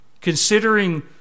considering